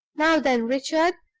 now, then, richard!